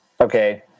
okay